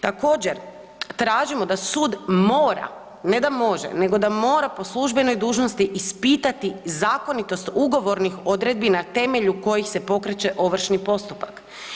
Također, tražimo da sud mora, ne da može, nego da mora po službenoj dužnosti ispitati zakonitost ugovornih odredbi na temelju kojih se pokreće ovršni postupak.